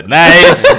nice